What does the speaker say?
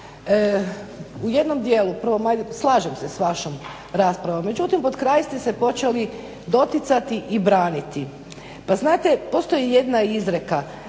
u jednom dijelu, ajde slažem se s vašom raspravom, međutim pod kraj ste se počeli doticati i braniti. Pa znate, postoji jedna izreka